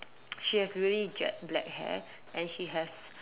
she has really jet black hair and she has